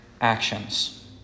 actions